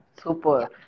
super